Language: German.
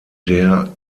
der